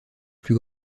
plus